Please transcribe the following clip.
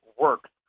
works